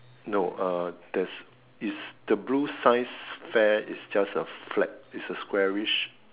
no uh there's it's the blue science fair it's just a flag it's a squarish